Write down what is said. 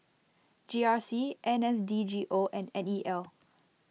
G R C N S D G O and N E L